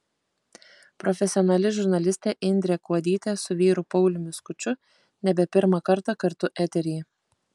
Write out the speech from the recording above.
profesionali žurnalistė indrė kuodytė su vyru pauliumi skuču nebe pirmą kartą kartu eteryje